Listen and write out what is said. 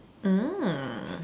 mm